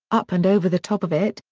up and over the top of it,